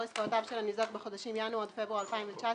עסקאותיו של הניזוק בחודשים ינואר עד פברואר 2019,